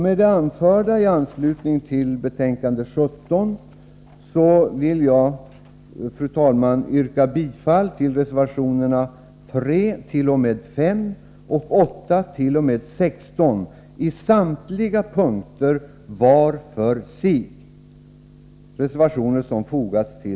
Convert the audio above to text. Med det jag anfört i anslutning till trafikutskottets betänkande 17 vill jag, fru talman, yrka bifall till reservationerna 3, 4, 5, 8, 9, 10, 11, 12, 13, 14, 15 och 16.